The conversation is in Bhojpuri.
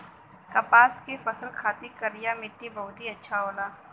कपास के फसल खातिर करिया मट्टी बहुते अच्छा होला